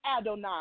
Adonai